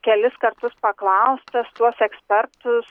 kelis kartus paklaustas tuos ekspertus